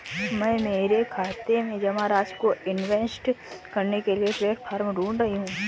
मैं मेरे खाते में जमा राशि को इन्वेस्ट करने के लिए प्लेटफॉर्म ढूंढ रही हूँ